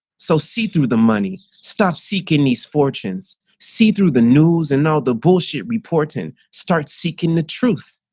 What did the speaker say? so see through the money, stop seeking these fortunes, see through the news and all the bullshit reporting, start seeking the truth.